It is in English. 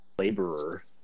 Laborer